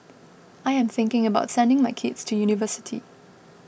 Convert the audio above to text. I am thinking about sending my kids to university